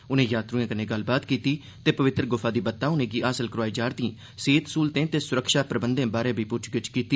उनें यात्रुएं कन्नै गल्लबात कीती ते पवित्र गुफा दी बत्ता उनेंगी हासल करोआई जा'रदिएं सेह्त सहूलतें ते सुरक्षा प्रबंधें बारे पुच्छ गिच्छ कीती